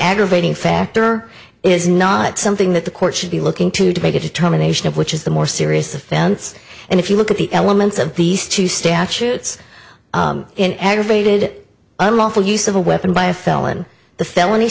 aggravating factor is not something that the court should be looking to to make a determination of which is the more so this offense and if you look at the elements of these two statutes in aggravated unlawful use of a weapon by a felon the fel